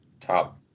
top